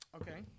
okay